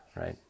right